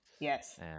Yes